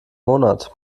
monat